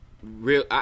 real